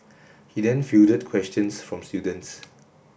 he then fielded questions from students